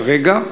כרגע,